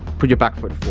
put your back foot